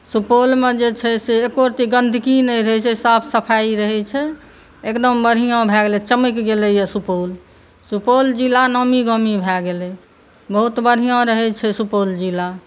सुपौलमे जे छै से एको रति गन्दगी नहि रहै छै साफ सफाई रहै छै एकदम बढ़िऑं भय गेलै चमकि गेलैया सुपौल सुपौल जिला नामी गामी भय गेलै बहुत बढ़िऑं रहै छै सुपौल जिला